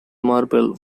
marble